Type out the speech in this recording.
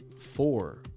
four